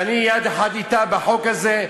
שאני יד אחת אתה בחוק הזה,